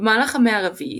במהלך המאה הרביעית,